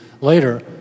later